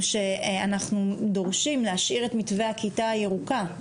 שאנחנו דורשים להשאיר את מתווה הכיתה הירוקה.